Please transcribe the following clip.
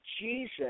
Jesus